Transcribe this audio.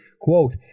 Quote